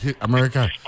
america